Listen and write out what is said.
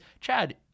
chad